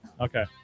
Okay